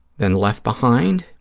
then left behind,